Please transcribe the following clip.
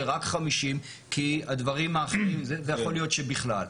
רק 50 כי הדברים האחרים ויכול להיות שבכלל.